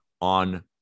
on